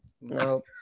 No